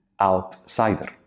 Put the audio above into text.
outsider